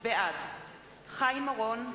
בעד חיים אורון,